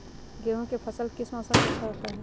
गेंहू का फसल किस मौसम में अच्छा होता है?